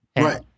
Right